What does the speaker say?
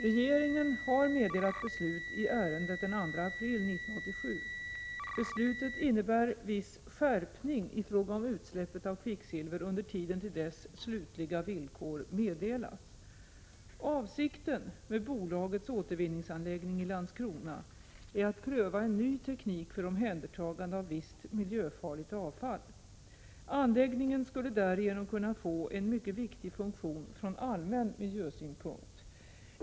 Regeringen har meddelat beslut i ärendet den 2 april 1987. Beslutet innebär viss skärpning i frågan om utsläppet av kvicksilver under tiden till dess slutliga villkor meddelas. Avsikten med bolagets återvinningsanläggning i Landskrona är att pröva en ny teknik för omhändertagande av visst miljöfarligt avfall. Anläggningen skulle därigenom kunna få en mycket viktig funktion från allmän miljösynpunkt.